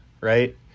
right